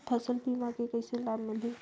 फसल बीमा के कइसे लाभ मिलही?